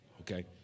Okay